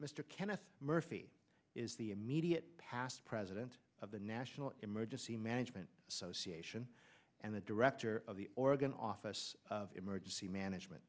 kenneth murphy is the immediate past president of the national emergency management association and the director of the oregon office of emergency management